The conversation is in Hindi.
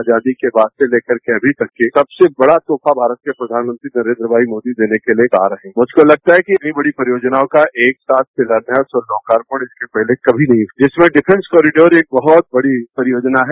आजादी के बाद से लेकर के अभी तक की सबसे बड़ा तोहफा भारत के प्रधानमंत्री नरेन्द्र भाई मोदी देने के लिये आ रहे हैं मुझको लगता है कि इतनी बड़ी परियोजनाओं का एक साथ शिलान्यास और लोकार्पण इसके पहले कभी नहीं जिसमें डिफेंस कॉरिडोर एक बहुत बड़ी परियोजना है